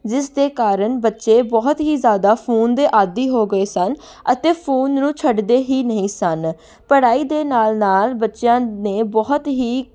ਜਿਸ ਦੇ ਕਾਰਨ ਬੱਚੇ ਬਹੁਤ ਹੀ ਜ਼ਿਆਦਾ ਫੋਨ ਦੇ ਆਦੀ ਹੋ ਗਏ ਸਨ ਅਤੇ ਫੋਨ ਨੂੰ ਛੱਡਦੇ ਹੀ ਨਹੀਂ ਸਨ ਪੜ੍ਹਾਈ ਦੇ ਨਾਲ ਨਾਲ ਬੱਚਿਆਂ ਨੇ ਬਹੁਤ ਹੀ